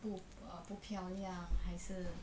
不 uh 不漂亮还是